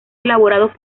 elaborados